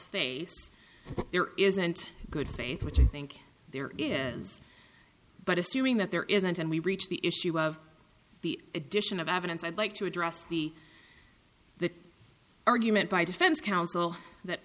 face there isn't good faith which i think there is but assuming that there isn't and we reached the issue of the addition of evidence i'd like to address the the argument by defense counsel that